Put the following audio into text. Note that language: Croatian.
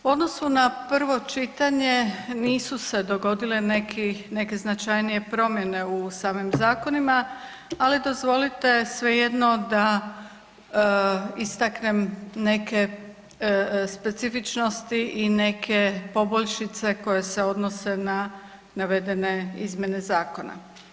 U odnosu na prvo čitanje nisu se dogodile neke značajnije promjene u samim zakonima, ali dozvolite svejedno da istaknem neke specifičnosti i neke poboljšice koje se odnose na navedene izmjene zakona.